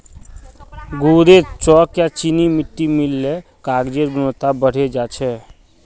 गूदेत चॉक या चीनी मिट्टी मिल ल कागजेर गुणवत्ता बढ़े जा छेक